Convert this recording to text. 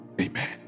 amen